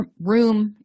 room